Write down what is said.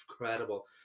incredible